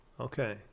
okay